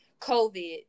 COVID